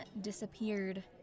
disappeared